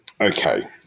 Okay